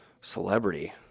Celebrity